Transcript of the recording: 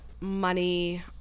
money